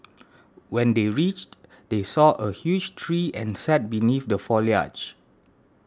when they reached they saw a huge tree and sat beneath the foliage